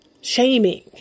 shaming